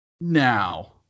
Now